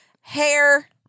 hair